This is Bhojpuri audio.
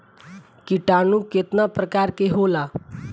किटानु केतना प्रकार के होला?